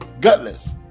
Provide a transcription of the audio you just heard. gutless